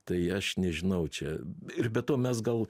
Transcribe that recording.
tai aš nežinau čia ir be to mes gal